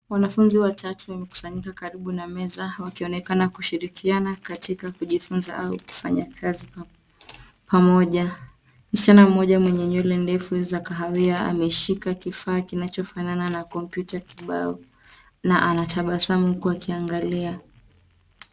Wanafunzi watatu wamekusanyika karibu na meza wakionekana kushirikiana katika kujifunza au kufanya kazi kwa pamoja. Msichana mmoja mwenye nywele ndefu za kahawia ameshika kifaa kinachofanana na kompyuta kibao, na anatabasamu huku akiangalia.